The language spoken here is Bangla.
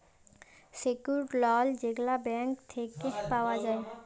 সেক্যুরড লল যেগলা ব্যাংক থ্যাইকে পাউয়া যায়